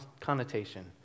connotation